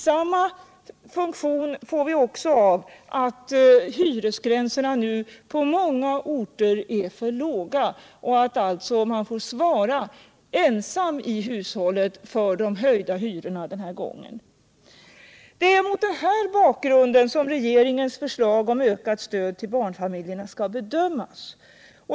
Samma resultat blir det av att hyresgränserna på många orter nu är för låga och att det alltså är hushållen som själva får svara för de höjda hyrorna den här gången. Det är mot den bakgrunden som regeringens förslag om ökat stöd till barnfamiljerna bör bedömas.